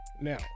now